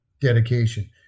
dedication